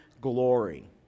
glory